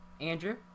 Andrew